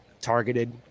targeted